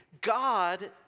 God